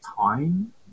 time